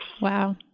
wow